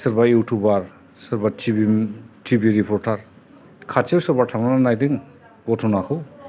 सोरबा इउटुबार सोरबा TV reporter खाथियाव सोरबा थांना नायदों घट'नाखौ